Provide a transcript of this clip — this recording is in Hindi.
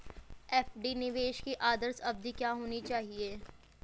एफ.डी निवेश की आदर्श अवधि क्या होनी चाहिए?